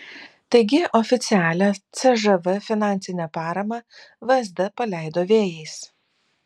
taigi oficialią cžv finansinę paramą vsd paleido vėjais